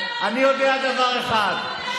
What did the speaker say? אני יודע דבר אחד.